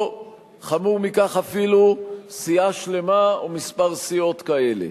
או חמור מכך אפילו, סיעה שלמה או כמה סיעות כאלה.